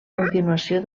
continuació